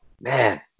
man